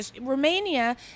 Romania